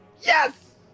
Yes